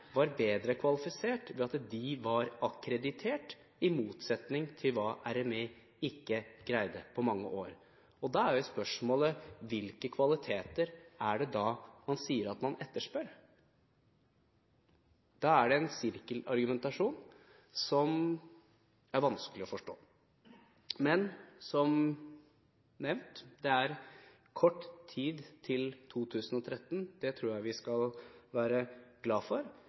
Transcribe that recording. var bedre kvalifisert ved at de var akkreditert, i motsetning til hva RMI ikke greide på mange år. Da er spørsmålet: Hvilke kvaliteter er det da man etterspør? Det er en sirkelargumentasjon som er vanskelig å forstå. Men, som nevnt, det er kort tid til 2013, og det tror jeg vi skal være glad for.